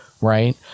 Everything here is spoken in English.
right